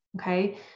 Okay